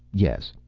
yes.